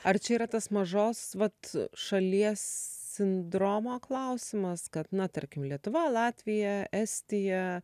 ar čia yra tas mažos vat šalies sindromo klausimas kad na tarkim lietuva latvija estija